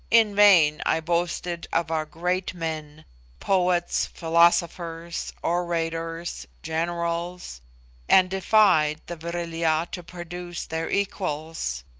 in vain i boasted of our great men poets, philosophers, orators, generals and defied the vril-ya to produce their equals.